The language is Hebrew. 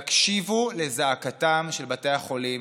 תקשיבו לזעקתם של בתי החולים,